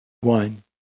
one